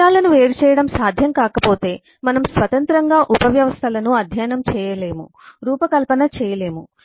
విషయాలను వేరుచేయడం సాధ్యం కాకపోతే మనం స్వతంత్రంగా ఉపవ్యవస్థలను అధ్యయనం చేయలేము రూపకల్పన చేయలేము